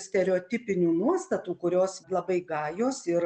stereotipinių nuostatų kurios labai gajos ir